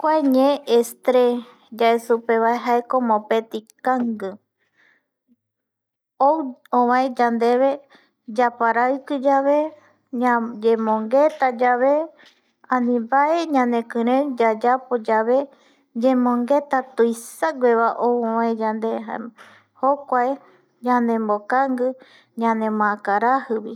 Kua jae estrés yae supeva jaeko mopeti kangui ou oväe yandeve yaparaɨkɨ yave yayemongueta yave ani mbae ñanëkɨrei mbae yayapo yave yemongueta tuisagueva ou oväe yande jaema jokuae yandembokangɨ ñanemoäkarajɨvi